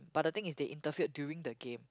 but the thing is they interfere during the game